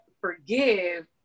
Forgive